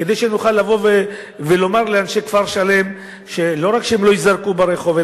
כדי שנוכל לבוא ולומר לאנשי כפר-שלם שלא רק שהם לא ייזרקו לרחוב,